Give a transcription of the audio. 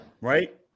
Right